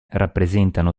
rappresentano